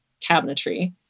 cabinetry